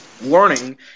learning